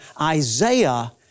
Isaiah